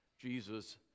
Jesus